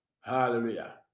hallelujah